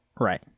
right